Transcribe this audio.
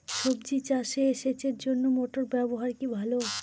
সবজি চাষে সেচের জন্য মোটর ব্যবহার কি ভালো?